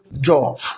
job